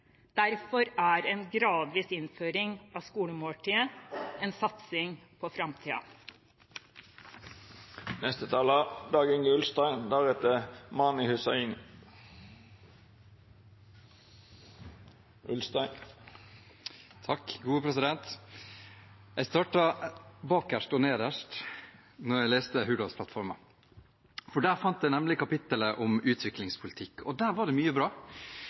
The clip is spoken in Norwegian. Derfor er en gradvis innføring av et skolemåltid en satsing på framtiden. Jeg startet bakerst og nederst da jeg leste Hurdalsplattformen. Der fant jeg nemlig kapitlet om utviklingspolitikk, og der var det mye bra – la meg si det. Det var på ingen måte et sorgens kapittel. Ikke minst er det veldig bra